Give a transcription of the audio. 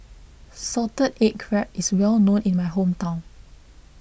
Salted Egg Crab is well known in my hometown